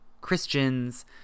Christians